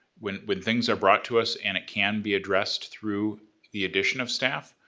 when when things are brought to us and it can be addressed through the addition of staff,